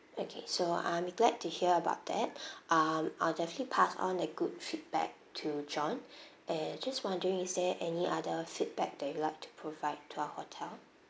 okay so I'm glad to hear about that um I'll definitely pass on a good feedback to john and just wondering is there any other feedback that you would like to provide to our hotel